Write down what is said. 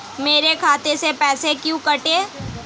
मेरे खाते से पैसे क्यों कटे?